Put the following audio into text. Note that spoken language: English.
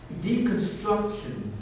Deconstruction